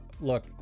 look